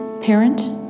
parent